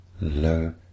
low